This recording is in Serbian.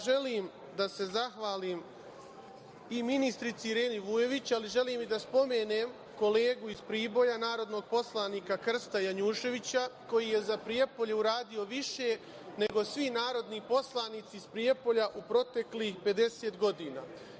Želim da se zahvalim ministrici i Ireni Vujović, ali želim i da spomenem kolegu iz Priboja narodnog poslanika Krsta Janjuševića, koji je za Prijepolje uradio više nego svi narodni poslanici iz Prijepolja u proteklih 50 godina.